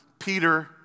Peter